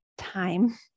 time